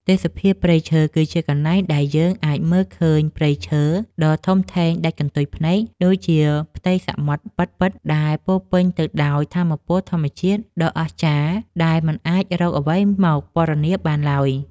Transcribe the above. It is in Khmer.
ទេសភាពព្រៃឈើ គឺជាកន្លែងដែលយើងអាចមើលឃើញព្រៃឈើដ៏ធំធេងដាច់កន្ទុយភ្នែកដូចជាផ្ទៃសមុទ្រពិតៗ ដែលពោរពេញទៅដោយថាមពលធម្មជាតិដ៏អស្ចារ្យដែលមិនអាចរកអ្វីមកពណ៌នាបានឡើយ។